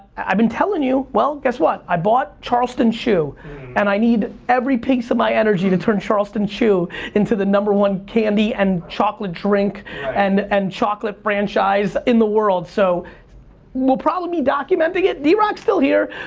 i've been telling you, well, guess what? i bought charleston chew and i need every piece of my energy to turn charleston chew into the number one candy and chocolate drink and and chocolate franchise in the world. so we'll probably be documenting it, drock's still here,